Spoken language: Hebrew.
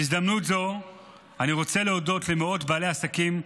בהזדמנות זו אני רוצה להודות למאות בעלי העסקים,